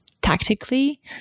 tactically